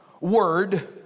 word